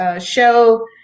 show